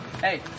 Hey